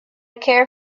care